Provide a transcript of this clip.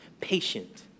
patient